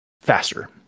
faster